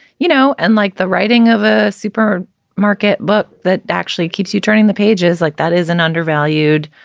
you know, and like the writing of a super market. but that actually keeps you turning. the pages like that is an undervalued,